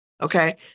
Okay